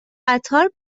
قطار